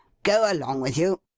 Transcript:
go along with you